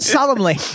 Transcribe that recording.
Solemnly